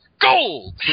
gold